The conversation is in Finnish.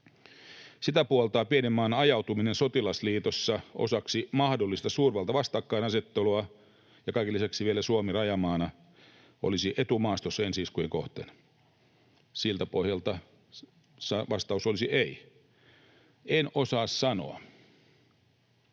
sitä puoltaa pienen maan ajautuminen sotilasliitossa osaksi mahdollista suurvaltavastakkainasettelua, ja kaiken lisäksi vielä Suomi rajamaana olisi etumaastossa ensi-iskujen kohteena. Siltä pohjalta vastaus olisi ei. ”En osaa sanoa”